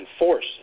enforce